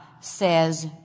says